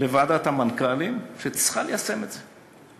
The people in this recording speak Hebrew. לוועדת המנכ"לים, שצריכה ליישם את זה.